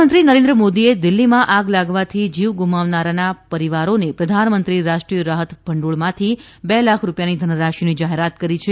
પ્રધાનમંત્રી નરેન્દ્ર મોદીએ દિલ્ફીમાં આગ લાગવાથી જીવ ગુમાવનારાના પરિવારોને પ્રધાનમંત્રી રાષ્ટ્રીય રાહત ભંડોળમાંથી બે લાખ રૂપિયાની ધનરાશિની જાહેરાત કરી છે